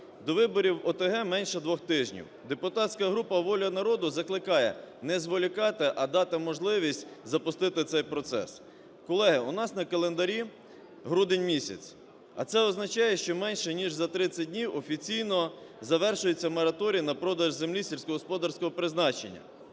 До виборів в ОТГ менше двох тижнів. Депутатська група "Воля народу" закликає не зволікати, а дати можливість запустити цей процес. Колеги, у нас на календарі грудень місяць. А це означає, що менше ніж за 30 днів офіційно завершується мораторій на продаж землі сільськогосподарського призначення.